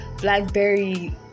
blackberry